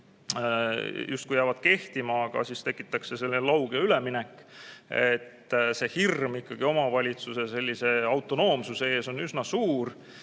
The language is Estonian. justkui jäävad kehtima, aga siis tekitatakse selline lauge üleminek. See hirm omavalitsuse autonoomsuse ees on üsna suur.